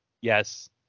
Yes